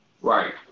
Right